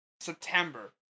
September